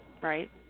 right